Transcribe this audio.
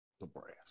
Nebraska